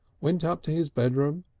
went up to his bedroom,